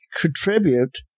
contribute